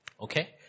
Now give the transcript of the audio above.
Okay